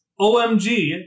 OMG